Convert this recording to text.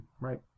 right